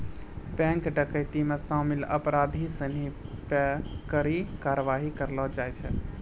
bank डकैती मे शामिल अपराधी सिनी पे कड़ी कारवाही करलो जाय छै